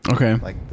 Okay